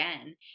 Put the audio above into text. again